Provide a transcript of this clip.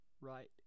right